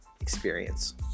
experience